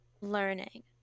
learning